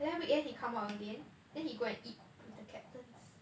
then weekend he come out again then he go and eat with the captains